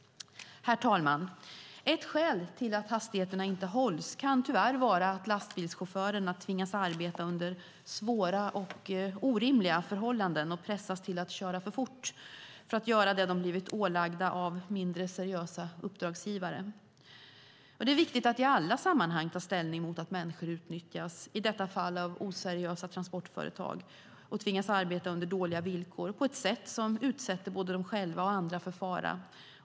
Herr talman! Ett skäl till att hastigheterna inte hålls kan tyvärr vara att lastbilschaufförerna tvingas arbeta under svåra och orimliga förhållanden och pressas till att köra för fort för att göra det de blivit ålagda av sin uppdragsgivare. Det är viktigt att i alla sammanhang ta ställning mot att människor utnyttjas, i detta fall av oseriösa transportföretag, och tvingas arbeta under dåliga villkor och på ett sätt som utsätter både dem själva och andra för fara.